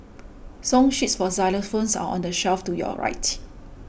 song sheets for xylophones are on the shelf to your